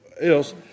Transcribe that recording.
else